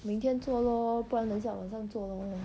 明天做 lor 不然等下晚上做 lor